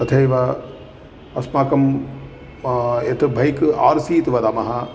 तथैव अस्माकं यत् भैक् आर् सि इति वदामः